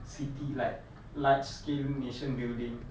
city like large scheme nation building